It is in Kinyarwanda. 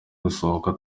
gusohoka